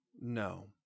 No